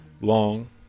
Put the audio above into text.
Long